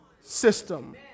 system